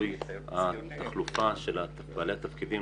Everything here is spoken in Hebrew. התחלופה של בעלי התפקידים,